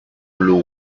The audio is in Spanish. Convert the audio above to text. blue